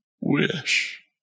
wish